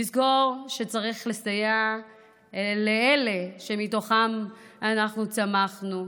לזכור שצריך לסייע לאלה שמתוכם אנחנו צמחנו.